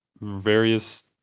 various